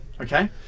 okay